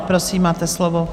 Prosím, máte slovo.